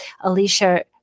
Alicia